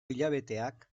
hilabeteak